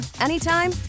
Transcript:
anytime